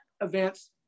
events